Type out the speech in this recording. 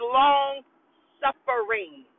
long-suffering